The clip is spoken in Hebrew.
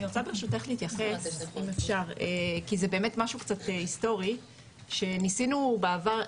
אני רוצה ברשותך להתייחס כי זה באמת משהו קצת היסטורי שניסינו בעבר.